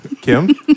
Kim